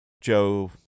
Joe